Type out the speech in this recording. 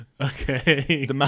Okay